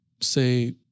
say